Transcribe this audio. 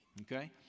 Okay